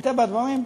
מטבע הדברים,